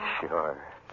Sure